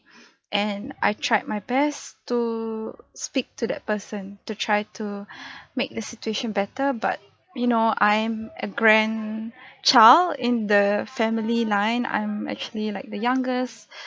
and I tried my best to speak to that person to try to make the situation better but you know I am a grandchild in the family line I'm actually like the youngest